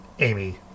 Amy